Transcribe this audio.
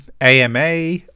AMA